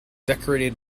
decorated